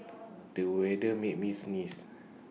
the weather made me sneeze